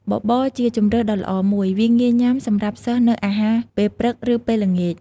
បបរជាជម្រើសដ៏ល្អមួយ វាងាយញុាំសម្រាប់សិស្សនៅអាហារពេលព្រឹកឫពេលល្ងាច។